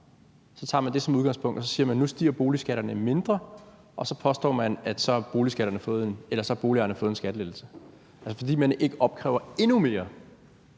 Så tager man det som udgangspunkt og siger: Nu stiger boligskatterne mindre. Og så påstår man, at så har boligejerne fået en skattelettelse. Altså: Fordi man ikke opkræver endnu mere